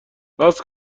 راست